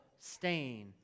stain